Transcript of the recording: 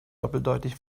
doppeldeutig